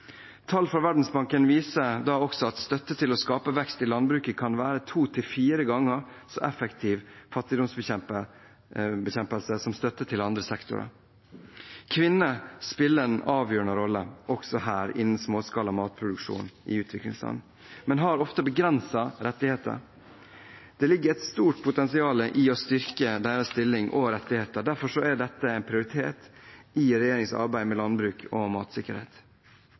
Tall fra Verdensbanken viser da også at støtte til å skape vekst i landbruket kan være to til fire ganger så effektiv fattigdomsbekjempelse som støtte til andre sektorer. Kvinner spiller en avgjørende rolle innen småskala matproduksjon i utviklingsland, men har ofte begrensede rettigheter. Det ligger et stort potensial i å styrke deres stilling og rettigheter. Derfor er dette en prioritet i regjeringens arbeid med landbruk og matsikkerhet.